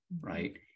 right